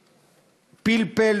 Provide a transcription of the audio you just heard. פלפל,